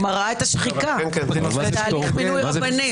אני מראה את השחיקה בתהליך מינוי רבנים.